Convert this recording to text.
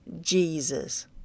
Jesus